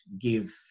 give